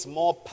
more